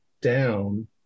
down